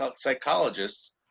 psychologists